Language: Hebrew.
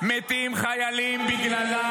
מתים חיילים בגללה,